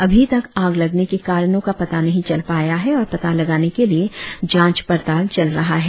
अभी तक आग के लगने के कारण का पता नही चल पाया है और पता लगाने के लिए जांच पड़ताल चल रहा है